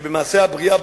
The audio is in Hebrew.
שבמעשה הבריאה,